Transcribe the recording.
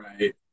Right